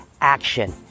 action